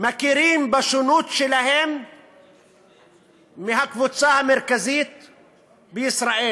מכירים בשונות שלהם מהקבוצה המרכזית בישראל,